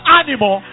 animal